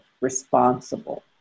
responsible